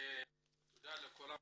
תודה לכל המשתתפים.